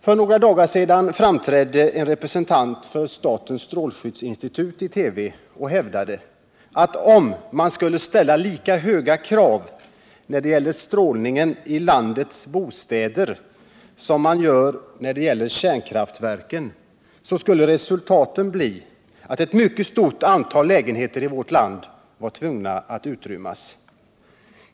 För några dagar sedan framträdde en representant för statens strålskyddsinstitut i TV och hävdade att om man skulle ställa lika höga krav när det gäller strålningen i landets bostäder som man gör när det gäller kärnkraftverken, så skulle resultatet bli att ett mycket stort antal lägenheter i vårt land måste utrymmas.